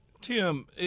Tim